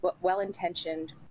well-intentioned